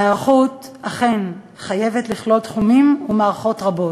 ההיערכות אכן חייבת לכלול תחומים ומערכות רבים: